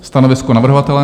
Stanovisko navrhovatele?